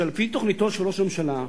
שלפי תוכניתו של ראש הממשלה,